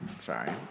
Sorry